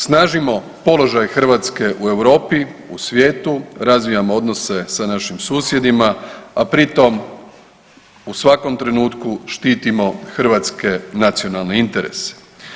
Snažimo položaj Hrvatske u Europi, u svijetu, razvijamo odnose sa našim susjedima, a pri tom u svakom trenutku štitimo hrvatske nacionalne interese.